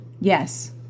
Yes